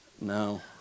No